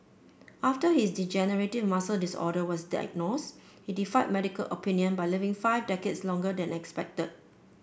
after his degenerative muscle disorder was diagnosed he defied medical opinion by living five decades longer than expected